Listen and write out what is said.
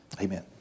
Amen